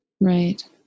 Right